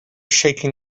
shaking